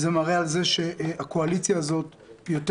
זה מראה על כך שהקואליציה הזאת יותר